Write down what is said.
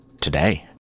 Today